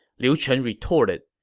liu chen retorted,